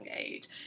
age